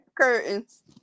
curtains